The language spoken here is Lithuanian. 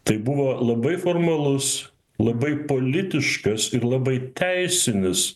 tai buvo labai formalus labai politiškas ir labai teisinis